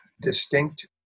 distinct